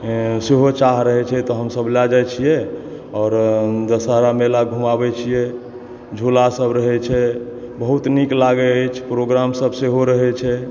सेहो चाह रहय छै तऽ हमसब लए जाइ छियै आओर दसहरा मेला घूमाबै छियै झूला सब रहै छै बहुत नीक लागै अछि प्रोग्राम सब सेहो रहै छै